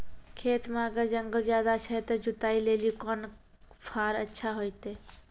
खेत मे अगर जंगल ज्यादा छै ते जुताई लेली कोंन फार अच्छा होइतै?